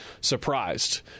surprised